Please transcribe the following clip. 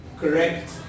correct